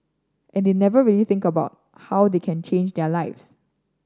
and they never really think about how they can change their lives